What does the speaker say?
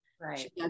Right